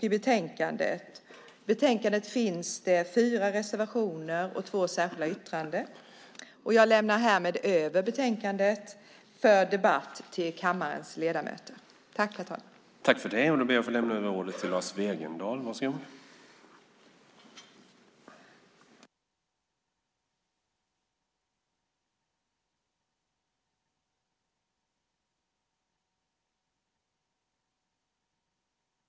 I betänkandet finns det fyra reservationer och två särskilda yttranden. Jag lämnar härmed över betänkandet till kammarens ledamöter för debatt.